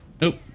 Nope